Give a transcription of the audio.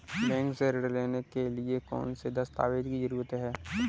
Bank से ऋण लेने के लिए कौन से दस्तावेज की जरूरत है?